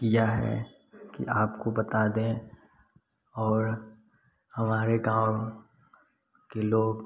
किया है कि आपको बता दें और हमारे गाँव के लोग